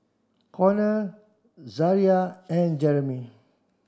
Konner Zaria and Jeremy